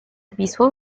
wisłą